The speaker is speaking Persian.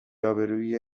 آبروئیه